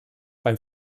beim